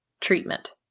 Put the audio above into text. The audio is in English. treatment